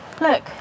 Look